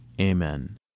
Amen